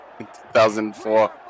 2004